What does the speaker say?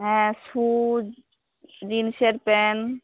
হ্যাঁ শ্যু জিন্সের প্যান্ট